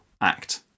act